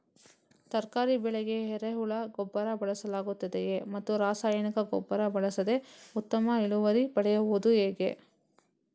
ತರಕಾರಿ ಬೆಳೆಗೆ ಎರೆಹುಳ ಗೊಬ್ಬರ ಬಳಸಲಾಗುತ್ತದೆಯೇ ಮತ್ತು ರಾಸಾಯನಿಕ ಗೊಬ್ಬರ ಬಳಸದೆ ಉತ್ತಮ ಇಳುವರಿ ಪಡೆಯುವುದು ಹೇಗೆ?